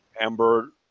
Amber